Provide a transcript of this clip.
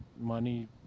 money